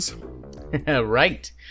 Right